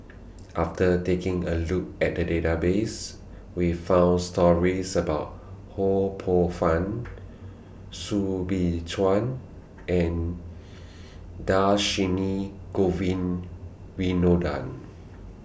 after taking A Look At The Database We found stories about Ho Poh Fun Soo Bin Chua and Dhershini Govin Winodan